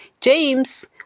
James